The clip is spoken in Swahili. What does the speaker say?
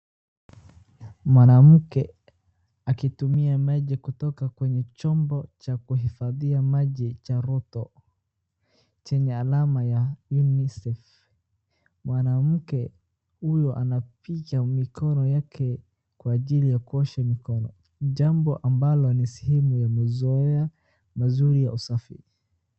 Mwanamke akitumia maji kutoka kwenye chombo cha kuhifadhia maji cha ROTO chenye alama ya UNICEF . Mwanamke huyu anapiga mikono yake kwa ajili ya kuosha mikono. Jambo ambalo ni sehemu ya mazoea mazuri ya usafi.